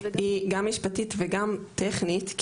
היא גם משפטית וגם טכנית,